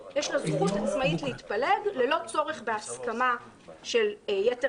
יש לה זכות עצמאית להתפלג ללא צורך בהסכמה של יתר